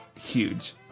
huge